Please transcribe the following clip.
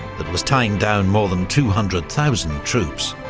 that was tying down more than two hundred thousand troops.